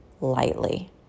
lightly